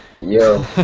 Yo